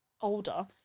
older